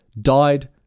died